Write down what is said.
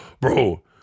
bro